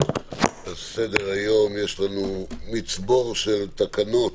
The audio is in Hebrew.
על סדר היום יש לנו חצאי תקנות,